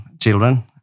children